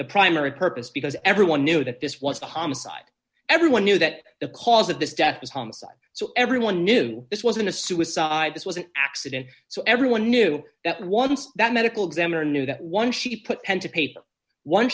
the primary purpose because everyone knew that this was a homicide everyone knew that the cause of this death is homicide so everyone knew this wasn't a suicide this was an accident so everyone knew that once that medical examiner knew that once she put pen to paper why